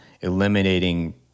eliminating